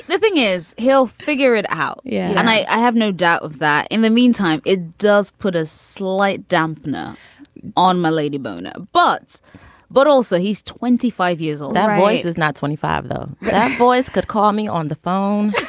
the thing is he'll figure it out. yeah and i have no doubt of that in the meantime it does put a slight dampener on my lady boner butts but also he's twenty five years old that boy is not twenty five though boys could call me on the phone